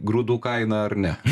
grūdų kainą ar ne